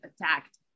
Attacked